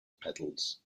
petals